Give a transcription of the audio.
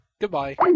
Goodbye